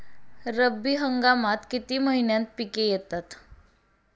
रब्बी हंगामात किती महिन्यांत पिके येतात?